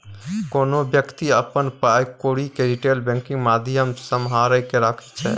कोनो बेकती अपन पाइ कौरी केँ रिटेल बैंकिंग माध्यमसँ सम्हारि केँ राखै छै